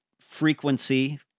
frequency